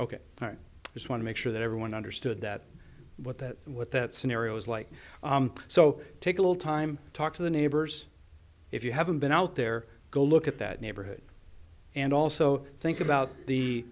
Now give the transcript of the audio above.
part just want to make sure that everyone understood that what that what that scenario is like so take a little time talk to the neighbors if you haven't been out there go look at that neighborhood and also think